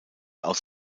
aus